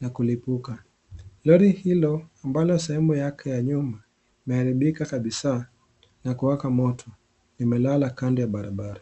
na kulipuka. Lori hilo, ambalo sehemu yake ya nyuma, limeharibika kabisa na kuwaka moto. Limelala kando ya barabara.